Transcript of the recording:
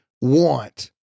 want